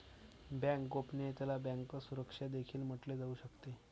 bank गोपनीयतेला bank सुरक्षा देखील म्हटले जाऊ शकते